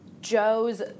Joe's